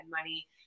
money